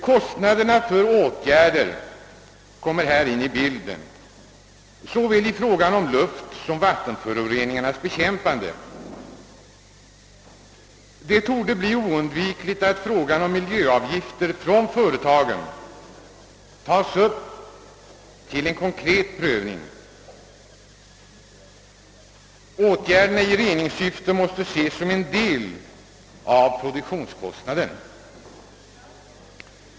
Kostnaderna för åtgärder kommer här in i bilden i fråga om såväl luftsom vattenföroreningarnas bekämpande. Det torde bli oundvikligt att frågan om miljöavgifter från företagen tas upp till konkret prövning; åtgärderna i reningssyfte måste ses som en del av produktionskostnaden.